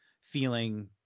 feeling